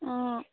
অঁ